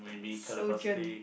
sojourn